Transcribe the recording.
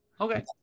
okay